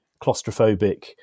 claustrophobic